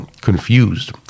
confused